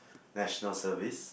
National Service